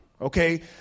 Okay